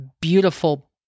beautiful